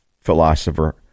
philosopher